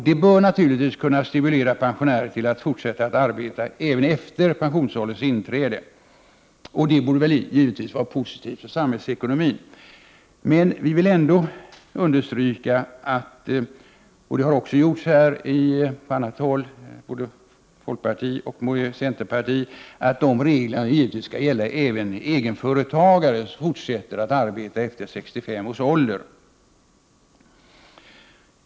Detta bör naturligtvis kunna stimulera pensionärer till att fortsätta att arbeta även efter pensionsålderns inträde, vilket givetvis borde vara effektivt för samhällsekonomin. Vi vill dock understryka, och det har också gjorts från både folkpartioch centerpartihåll, att dessa regler givetvis också skall gälla egenföretagare, som fortsätter att arbeta efter 65-årsåldern.